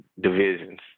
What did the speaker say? divisions